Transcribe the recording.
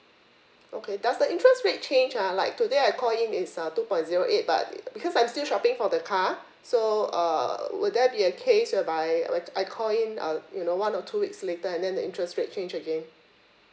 okay does the interest rate change ah like today I call in is uh two point zero eight but it because I'm still shopping for the car so err will there be a case whereby like I call in uh you know one or two weeks later and then the interest rate change again